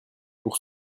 pour